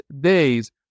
days